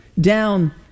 down